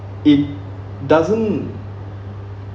it doesn't